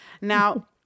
Now